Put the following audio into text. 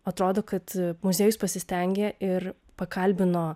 atrodo kad muziejus pasistengė ir pakalbino